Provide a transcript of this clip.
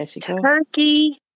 Turkey